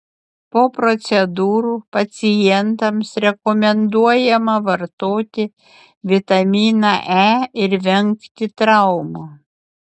po procedūrų pacientams rekomenduojama vartoti vitaminą e ir vengti traumų